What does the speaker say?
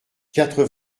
quatre